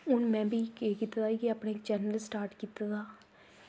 हून में बी केह् कीते दा कि अपने चैनल गी स्टार्ट कीते दा